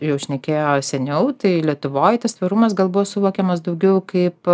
jau šnekėjo seniau tai lietuvoj tas tvarumas gal buvo suvokiamas daugiau kaip